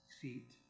feet